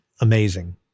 amazing